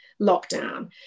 lockdown